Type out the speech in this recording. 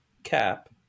cap